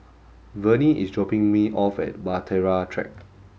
Vernie is dropping me off at Bahtera Track